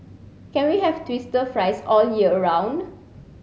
can we have twister fries all year round